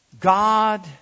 God